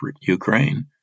Ukraine